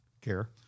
care